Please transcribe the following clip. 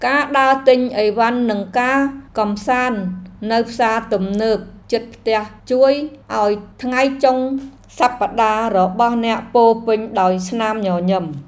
ការដើរទិញអីវ៉ាន់និងការកម្សាន្តនៅផ្សារទំនើបជិតផ្ទះជួយឱ្យថ្ងៃចុងសប្តាហ៍របស់អ្នកពោរពេញដោយស្នាមញញឹម។